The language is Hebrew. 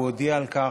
הוא הודיע על כך,